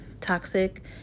Toxic